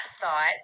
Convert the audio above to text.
thought